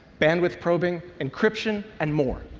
bandwidth probing, encryption and more.